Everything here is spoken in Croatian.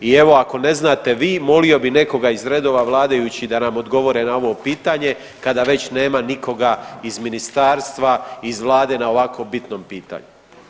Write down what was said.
I evo ako ne znate vi molio bi nekoga iz redova vladajućih da nam odgovore na ovo pitanje kada već nema nikoga iz ministarstva, iz vlade na ovako bitnom pitanju.